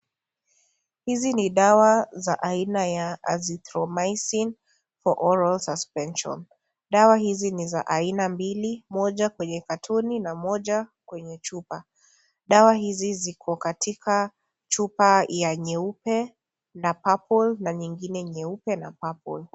Hizi ni dawa za aina za azytromycyne for oral suspension . Dawa hizi ni za aina mbili ,moja kwenye katoni na moja kwenye chupa . Dawa hizi ziko katika chupa ya nyeupe na (CS)purple na nyingine nyeupe na (CS)purple (CS).